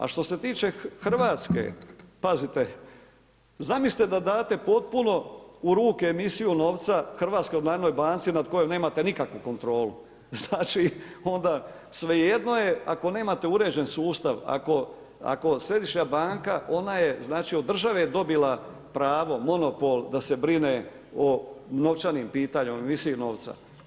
A što se tiče Hrvatske, pazite zamislite da date potpuno u ruke emisiju novca HNB-u nad kojom nemate nikakvu kontrolu, znači onda svejedno je ako nemate uređen sustav, ako središnja banka znači ona je od države dobila pravo, monopol da se brine o novčanim pitanjima, emisiji novca.